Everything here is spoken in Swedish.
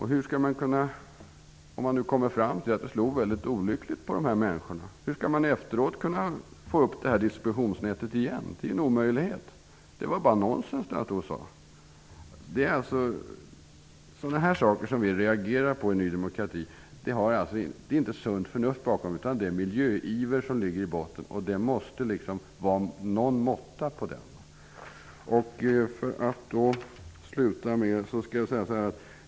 Hur skall man kunna få i gång distributionsnätet igen om man kommer fram till att reglerna slår väldigt olyckligt för dessa människor? Det är en omöjlighet. Det miljöministern sade var bara nonsens. Det är sådana saker vi i Ny demokrati reagerar emot. Det är inte sunt fönuft utan miljöiver som ligger i botten. Det måste vara någon måtta på den.